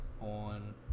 on